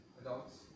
adults